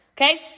Okay